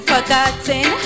forgotten